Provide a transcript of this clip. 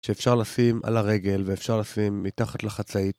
שאפשר לשים על הרגל ואפשר לשים מתחת לחצאית.